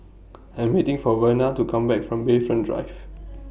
I Am waiting For Verna to Come Back from Bayfront Drive